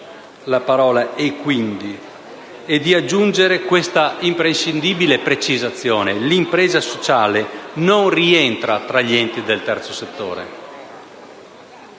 le parole «e quindi» e di aggiungere questa imprescindibile precisazione: «L'impresa sociale non rientra negli enti del terzo settore».